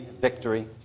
victory